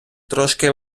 трошки